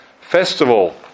festival